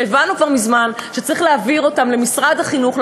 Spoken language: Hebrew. שהבנו כבר מזמן שצריך להעביר אותם למשרד החינוך,